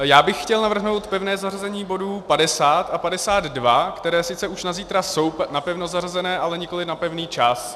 Já bych chtěl navrhnout pevné zařazení bodů 50 a 52, které sice už na zítra jsou napevno zařazené, ale nikoliv na pevný čas.